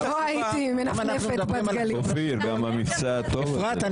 הייתי מנפנפת בדגלים --- אפרת אני